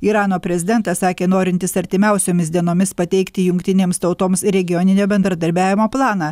irano prezidentas sakė norintis artimiausiomis dienomis pateikti jungtinėms tautoms regioninio bendradarbiavimo planą